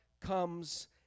comes